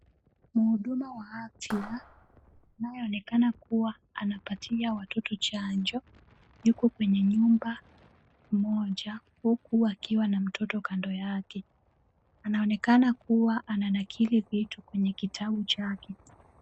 Mhudumu wa afya anayeonekana kuwa anapatia watoto chanjo yuko kwenye nyumba moja huku akiwa na mtoto kando yake. Anaonekana kuwa ananakili vitu kwenye kitabu chake.